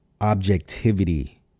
objectivity